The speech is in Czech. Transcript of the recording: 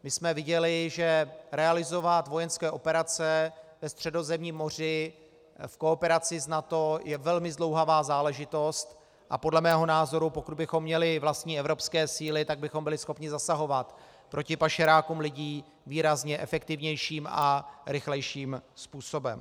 My jsme viděli, že realizovat vojenské operace ve Středozemním moři v kooperaci s NATO je velmi zdlouhavá záležitost, a podle mého názoru, pokud bychom měli vlastní evropské síly, tak bychom byli schopni zasahovat proti pašerákům lidí výrazně efektivnějším a rychlejším způsobem.